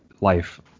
life